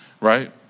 right